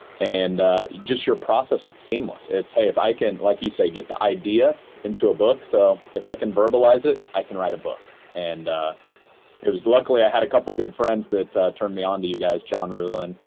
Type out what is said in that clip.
and just your process, it's seamless. it's, hey, if i can, like you say, get the idea into a book, so if i can verbalize it, i can write a book. and just luckily i had a couple of good friends that turned me on to you guys, john ruhlin,